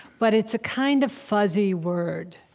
but it's a kind of fuzzy word.